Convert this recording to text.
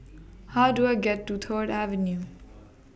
How Do I get to Third Avenue